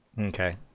okay